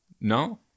No